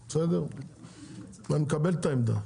אני מקבל את העמדה.